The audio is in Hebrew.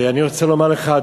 ואני רוצה לומר לך,